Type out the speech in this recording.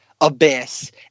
Abyss